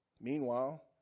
Meanwhile